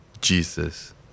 Jesus